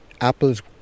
Apples